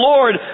Lord